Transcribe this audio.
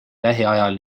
lähiajal